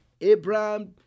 Abraham